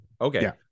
Okay